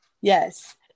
Yes